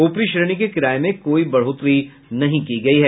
ऊपरी श्रेणी के किराए में कोई बढ़ोतरी नहीं की गई है